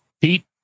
Pete